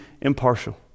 impartial